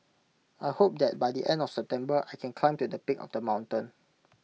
I hope that by the end of September I can climb to the peak of the mountain